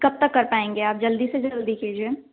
कब तक कर पाएँगे आप जल्दी से जल्दी कीजिए